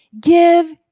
Give